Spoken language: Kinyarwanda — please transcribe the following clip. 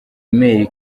email